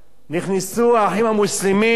נכנסו "האחים המוסלמים",